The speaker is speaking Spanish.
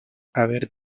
haber